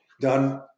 done